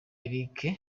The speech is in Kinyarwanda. eric